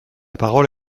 parole